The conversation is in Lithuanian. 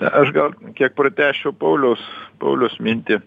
aš gal kiek pratęsčiau pauliaus pauliaus mintį